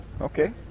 Okay